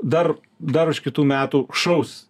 dar dar už kitų metų šaus